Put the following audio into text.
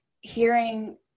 hearing